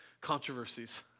controversies